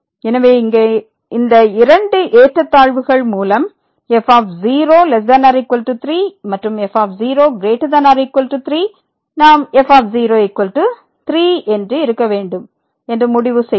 எனவே இங்கே இந்த இரண்டு ஏற்றத்தாழ்வுகள் மூலம் f03 மற்றும் f0 3 நாம் f0 3 இருக்க வேண்டும் என்று முடிவு செய்வோம்